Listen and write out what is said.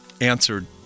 answered